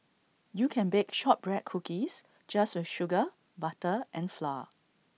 you can bake Shortbread Cookies just with sugar butter and flour